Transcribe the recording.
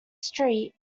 street